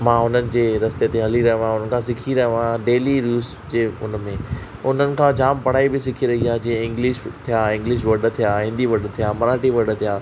मां हुननि जे रस्ते ते हली रहियो आहे हुन खां सिखी रहियो आहे डेली यूज़ जे हुन में उन्हनि खां जाम पढ़ाई बि सिखी रही आहे जीअं इंग्लिश थिया इंग्लिश वर्ड थिया हिंदी वर्ड थिया मराठी वर्ड थिया